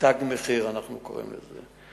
"תג מחיר" אנחנו קוראים לזה.